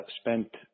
spent